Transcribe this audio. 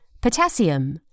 potassium